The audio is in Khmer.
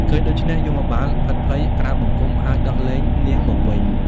ឃើញដូច្នោះ យមបាលភិតភ័យ ក្រាបបង្គំ ហើយដោះលែងនាងមកវិញ ។